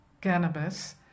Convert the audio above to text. cannabis